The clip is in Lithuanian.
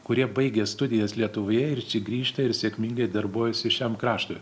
kurie baigę studijas lietuvoje ir čia grįžta ir sėkmingai darbuojasi šiam kraštui